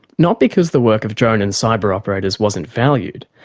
not because the work of drone and cyber operators wasn't valued,